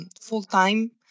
full-time